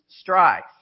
strife